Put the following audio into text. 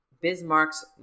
Bismarck's